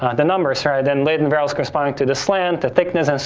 and the numbers rather than latent variables responding to the slant, the thickness,